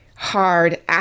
hard